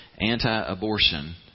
anti-abortion